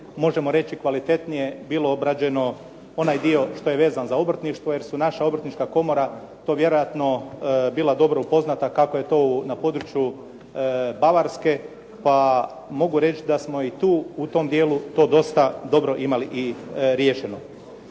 možemo reći kvalitetnije bilo obrađeno onaj dio što je vezan za obrtništvo jer su naša obrtnička komora to vjerojatno bila dobro upoznata kako je to na području Bavarske, pa mogu reći da smo i tu u tom dijelu to dosta dobro imali i riješeno.